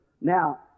now